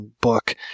book